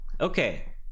Okay